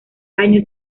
año